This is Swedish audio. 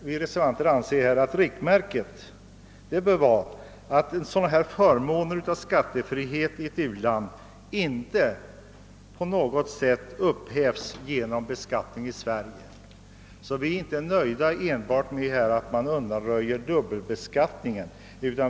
Vi reservanter anser att riktmärket bör vara att förmånen av skattefrihet i ett u-land inte på något sätt upphävs genom beskattning i Sverige. Vi är inte nöjda enbart med att man undanröjer dubbelbeskattningen.